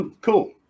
cool